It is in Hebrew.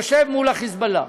יושב מול ה"חיזבאללה".